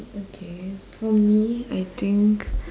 okay for me I think